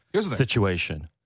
situation